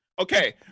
okay